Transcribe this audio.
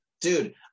dude